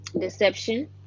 deception